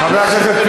אחר כך.